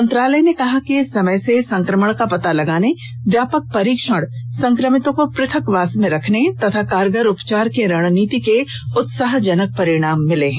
मंत्रालय ने कहा कि समय से संक्रमण का पता लगाने व्यापक परीक्षण संक्रमितों को पृथकवास में रखने तथा कारगर उपचार की रणनीति के उत्साहजनक परिणाम मिले हैं